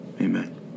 Amen